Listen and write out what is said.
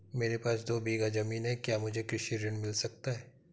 मेरे पास दो बीघा ज़मीन है क्या मुझे कृषि ऋण मिल सकता है?